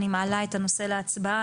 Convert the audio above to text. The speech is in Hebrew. אני מעלה את הנושא להצבעה,